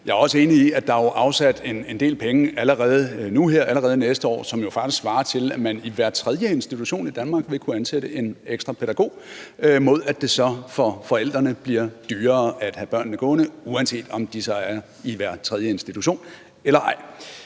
nu her, allerede næste år er afsat en del penge, som jo faktisk svarer til, at man i hver tredje institution i Danmark vil kunne ansætte en ekstra pædagog, mod at det så for forældrene bliver dyrere at have børnene gående der, uanset om de så er i hver tredje institution eller ej.